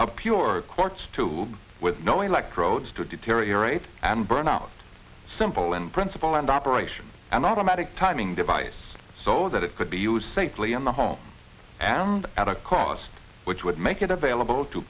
pure quartz to with no electrodes to deteriorate and burn out simple in principle and operation and automatic timing device so that it could be used safely in the home at a cost which would make it available to